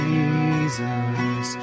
Jesus